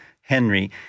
Henry